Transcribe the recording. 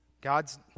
God's